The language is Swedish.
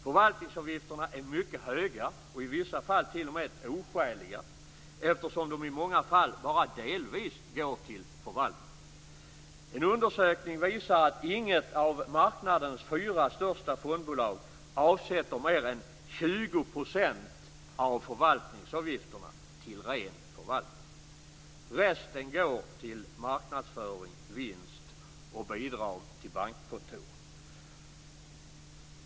Förvaltningsavgifterna är mycket höga och i vissa fall t.o.m. oskäliga, eftersom de i många fall bara delvis går till förvaltning. En undersökning visar att inget av marknadens fyra största fondbolag avsätter mer än 20 % av förvaltningsavgifterna till ren förvaltning. Resten går till marknadsföring, vinst och bidrag till bankkontor.